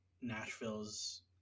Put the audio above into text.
Nashville's